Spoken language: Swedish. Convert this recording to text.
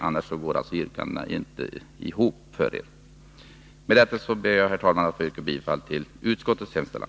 Annars går yrkandena inte ihop för er. Med detta ber jag, herr talman, att få yrka bifall till utskottets hemställan.